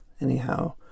Anyhow